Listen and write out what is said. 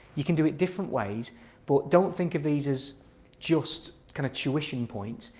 you can do it different ways but don't think of these as just kind of tuition points,